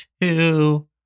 two